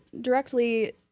directly